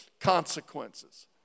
consequences